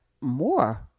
more